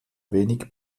wenig